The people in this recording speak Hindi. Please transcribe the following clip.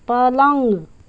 पलंग